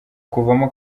kuvamo